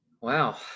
Wow